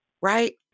right